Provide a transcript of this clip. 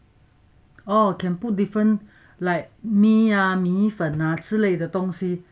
oh can put different like mee ah 米粉那之类的东西